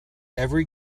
every